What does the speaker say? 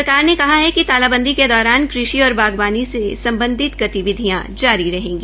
सरकार ने कहा है कि तालाबंदी के दौरान कृषि और बागवानी से सम्बधित गतिविधियां जारी रहेंगी